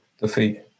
Defeat